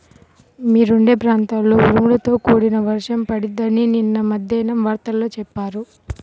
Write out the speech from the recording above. మీరుండే ప్రాంతంలో ఉరుములతో కూడిన వర్షం పడిద్దని నిన్న మద్దేన్నం వార్తల్లో చెప్పారు